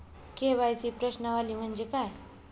KYC प्रश्नावली म्हणजे काय?